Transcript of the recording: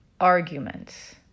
arguments